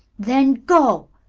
then go!